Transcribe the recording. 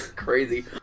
Crazy